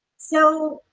so,